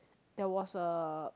there was a